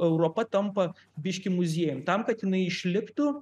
europa tampa biškį muziejum tam kad jinai išliktų